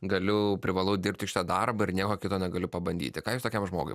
galiu privalau dirbti šitą darbą ir nieko kito negaliu pabandyti ką jūs tokiam žmogui